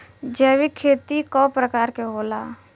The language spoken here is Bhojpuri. जैविक खेती कव प्रकार के होला?